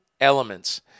elements